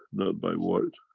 not by word.